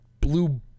blue